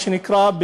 מה שנקרא,